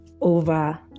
over